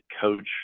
coach